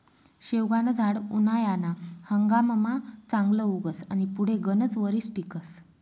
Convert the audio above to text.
शेवगानं झाड उनायाना हंगाममा चांगलं उगस आनी पुढे गनच वरीस टिकस